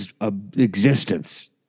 existence